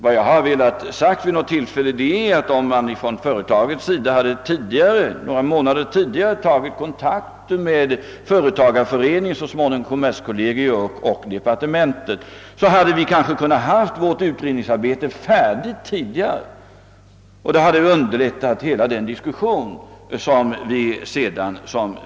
Vad jag vid något tillfälle velat framhålla är att vi, om företaget några månader tidigare hade tagit kontakt med företagarföreningen och så småningom med kommerskollegium och departementet, kanske på ett tidigare stadium hade kunnat slutföra vårt arbete med utredningen. Detta skulle ha underlättat hela den diskussion som vi sedan fört.